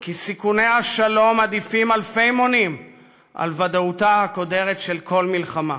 כי סיכוני השלום עדיפים אלפי מונים על ודאותה הקודרת של כל מלחמה".